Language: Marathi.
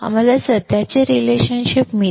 आम्हाला सध्याचे रिलेशनशिप मिळते